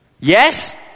Yes